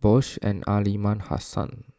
Bose and Aliman Hassan